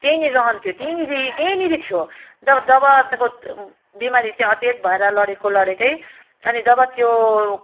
त्यहाँनेरि रहन्थ्यो त्यहाँनेरि त्यहाँनेरि थियो जब जब त्यहाँको बिमारी चाहिँ अचेत भएर लडेको लडेकै अनि जब त्यो